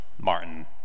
Martin